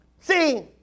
See